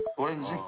orange,